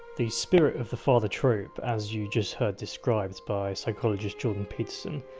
the spirit of the father trope, as you just heard described by psychologist jordan peterson,